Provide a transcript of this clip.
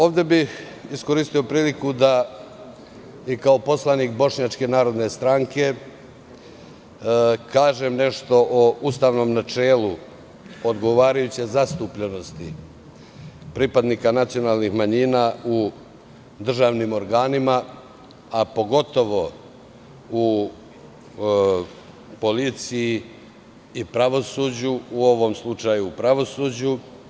Ovde bih iskoristio priliku da i kao poslanik Bošnjačke narodne stranke kažem nešto o ustavnom načelu odgovarajuće zastupljenosti pripadnika nacionalnih manjina u državnim organima, a pogotovo u policiji i pravosuđu, u ovom slučaju u pravosuđu.